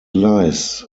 lies